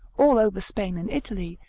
all over spain and italy,